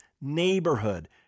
neighborhood